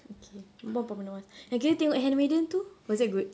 okay more prominent ones yang kita tengok Handmaiden tu was it good